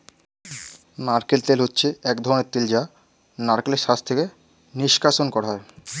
নারকেল তেল হচ্ছে এক ধরনের তেল যা নারকেলের শাঁস থেকে নিষ্কাশণ করা হয়